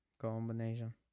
Combination